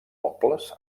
pobles